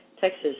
Texas